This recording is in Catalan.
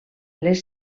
les